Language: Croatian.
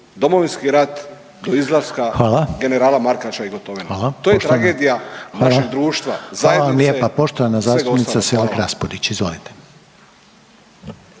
Domovinski rat do izlaska generala Markača i Gotovine. To je tragedija našeg društva, zajednice i svega ostalog.